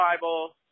Bible